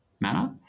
manner